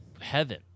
heaven